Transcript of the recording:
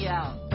out